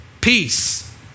peace